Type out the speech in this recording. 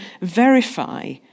verify